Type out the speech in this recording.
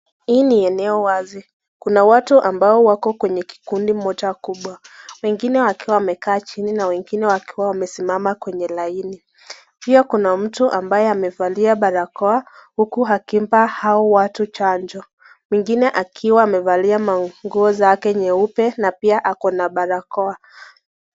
Hii ni eneo wazi. Kuna watu ambao wako kwenye kikundi moja kubwa. Wengine wakiwa wamekaa chini na wengine wakiwa wamesimama kwenye laini. Pia kuna mtu ambaye amevalia barakoa huku akimpa hao watu chanjo. Mwingine akiwa amevalia manguo zake nyeupe na pia ako na barakoa.